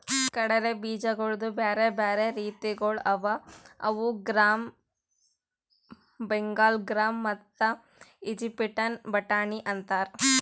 ಕಡಲೆ ಬೀಜಗೊಳ್ದು ಬ್ಯಾರೆ ಬ್ಯಾರೆ ರೀತಿಗೊಳ್ ಅವಾ ಅವು ಗ್ರಾಮ್, ಬೆಂಗಾಲ್ ಗ್ರಾಮ್ ಮತ್ತ ಈಜಿಪ್ಟಿನ ಬಟಾಣಿ ಅಂತಾರ್